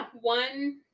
One